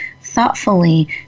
thoughtfully